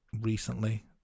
recently